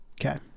Okay